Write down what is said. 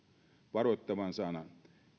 varoittavan sanan